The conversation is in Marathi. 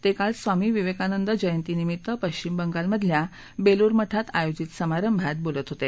ते काल स्वामी विवेकानंद जयंतीनिमित्त पश्चिम बंगालमधल्या बेलूर मठात आयोजित समारंभात बोलत होते